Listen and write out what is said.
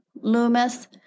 Loomis